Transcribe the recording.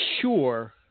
sure